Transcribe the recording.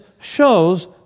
shows